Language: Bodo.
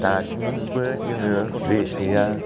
दासिमबो जोङो रेस गैया